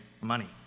money